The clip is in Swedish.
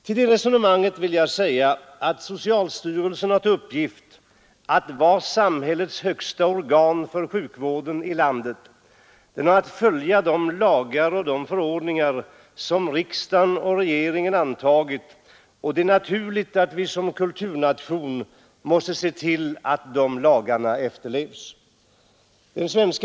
Till det resonemanget vill jag säga att socialstyrelsen har till uppgift att vara samhällets högsta organ för sjukvården ilandet. Den har att följa de lagar och förordningar som riksdagen och regeringen antagit, och det är naturligt att vi som en kulturnation ser till att lagarna efterlevs.